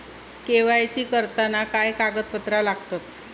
KYC करताना काय कागदपत्रा लागतत?